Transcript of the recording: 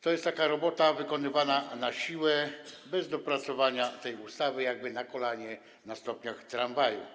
To jest robota wykonywana na siłę, bez dopracowania tej ustawy, na kolanie, na stopniach tramwaju.